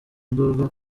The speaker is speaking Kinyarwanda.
induru